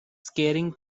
scarring